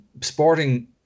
Sporting